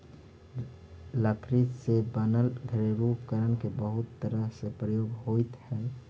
लकड़ी से बनल घरेलू उपकरण के बहुत तरह से प्रयोग होइत हइ